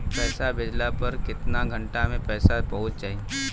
पैसा भेजला पर केतना घंटा मे पैसा चहुंप जाई?